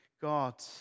God